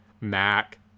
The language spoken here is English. Mac